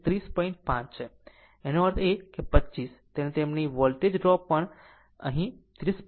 આનો અર્થ એ કે આ 25 તેમની r પછી તેમની વોલ્ટેજ ડ્રોપ પણ પછી 30